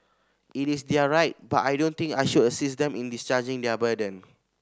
it is their right but I don't think I should assist them in discharging their burden